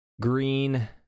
green